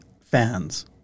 fans